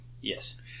Yes